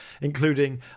including